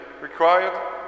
required